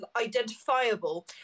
identifiable